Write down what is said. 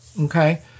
okay